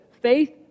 faith